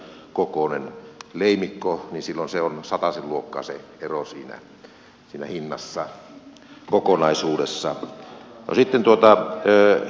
jos siellä on edustaja tiilikaisen mainitseman kokoinen leimikko niin silloin on satasen luokkaa se ero siinä hinnassa kokonaisuudessaan